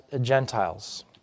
Gentiles